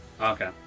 Okay